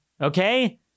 Okay